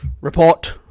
Report